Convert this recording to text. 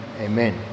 Amen